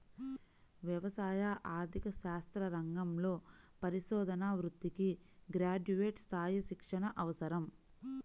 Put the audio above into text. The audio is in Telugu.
వ్యవసాయ ఆర్థిక శాస్త్ర రంగంలో పరిశోధనా వృత్తికి గ్రాడ్యుయేట్ స్థాయి శిక్షణ అవసరం